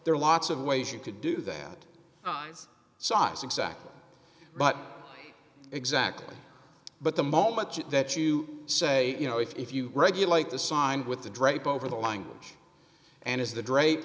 there are lots of ways you could do that size exactly but exactly but the moment that you say you know if you regulate the signed with the drape over the language and as the